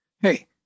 Hey